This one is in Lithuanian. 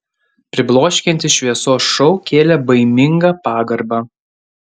pribloškiantis šviesos šou kėlė baimingą pagarbą